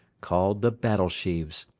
called the battle sheaves,